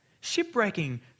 shipwrecking